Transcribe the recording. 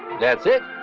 that's it,